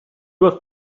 was